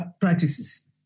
practices